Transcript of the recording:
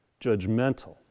judgmental